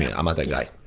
yeah i'm not that guy.